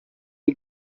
the